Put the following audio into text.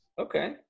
Okay